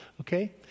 Okay